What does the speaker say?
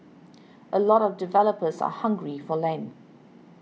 a lot of developers are hungry for land